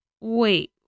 wait